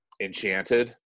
enchanted